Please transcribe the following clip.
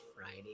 Friday